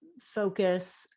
focus